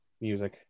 music